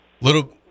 little